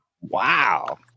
Wow